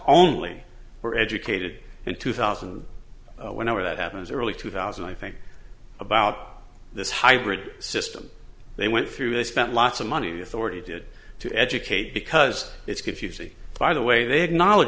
only were educated in two thousand and whenever that happens early two thousand i think about this hybrid system they went through they spent lots of money the authority did to educate because it's confusing by the way they had knowledge